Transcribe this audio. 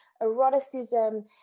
eroticism